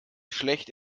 schlecht